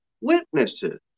witnesses